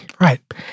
Right